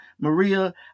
Maria